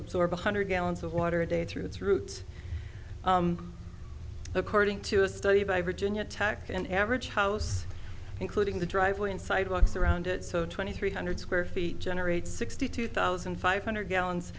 absorb one hundred gallons of water a day through its roots according to a study by virginia tech an average house including the driveway and sidewalks around it so twenty three hundred square feet generates sixty two thousand five hundred gallons